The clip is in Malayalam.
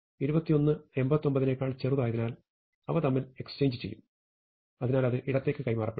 21 89 നേക്കാൾ ചെറുതായതിനാൽ അവ തമ്മിൽ എക്സ്ചേഞ്ച് ചെയ്യും അതിനാൽ അത് ഇടത്തേക്ക് കൈമാറപ്പെടും